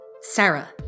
Sarah